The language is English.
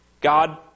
God